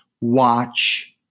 watch